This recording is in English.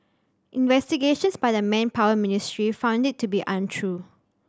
investigations by the Manpower Ministry found it to be untrue